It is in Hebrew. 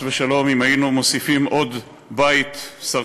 חס ושלום,